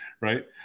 right